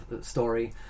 story